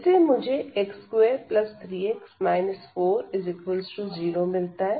इससे मुझx23x 40 मिलता है